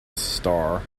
star